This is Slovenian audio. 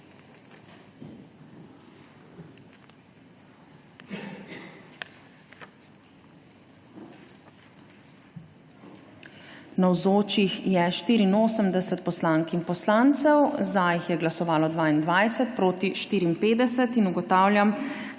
Navzočih je 84 poslank in poslancev, za jih je glasovalo 22, proti 54. (Za je